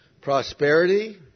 Prosperity